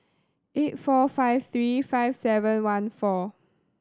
eight four five three five seven one four